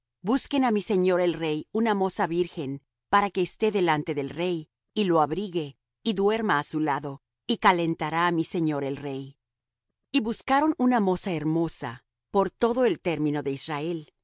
busquen á mi señor el rey una moza virgen para que esté delante del rey y lo abrigue y duerma á su lado y calentará á mi señor el rey y buscaron una moza hermosa por todo el término de israel